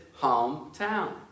hometown